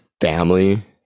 family